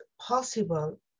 possible